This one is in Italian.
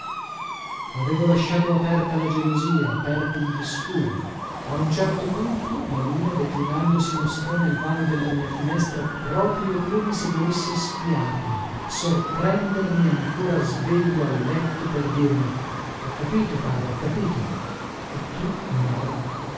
avevo lasciato aperta la gelosia aperti gli scuri a un certo punto la luna declinando si mostrò nel vano della mia finestra proprio come se volesse spiarmi sorprendermi ancora sveglio a letto per dirmi ho capito caro ho capito e tu no